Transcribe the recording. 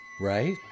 right